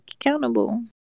accountable